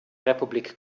republik